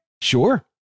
sure